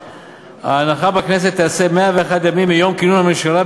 ההנחה בכנסת תיעשה 101 ימים מיום כינון הממשלה,